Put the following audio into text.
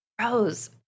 Rose